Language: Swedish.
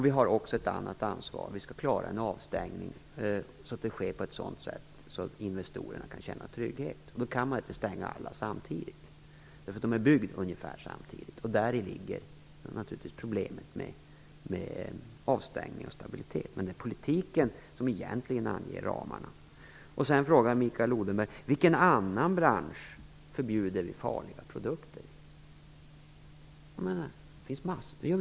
Vi har också ett annat ansvar, att klara en avstängning på ett sådant sätt att investerarna kan känna trygghet, och då kan man inte stänga alla kärnkraftverk samtidigt. Dessutom är de byggda ungefär samtidigt. Däri ligger naturligtvis problemet med avstängning och stabilitet. Men det är politiken som egentligen anger ramarna. Mikael Odenberg frågade i vilken annan bransch vi förbjuder farliga produkter.